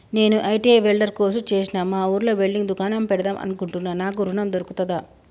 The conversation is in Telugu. నేను ఐ.టి.ఐ వెల్డర్ కోర్సు చేశ్న మా ఊర్లో వెల్డింగ్ దుకాన్ పెడదాం అనుకుంటున్నా నాకు ఋణం దొర్కుతదా?